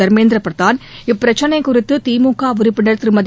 தர்மேந்திர பிரதான் இப்பிரச்சினை குறித்து திமுக உறுப்பினர் திருமதி